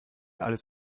alles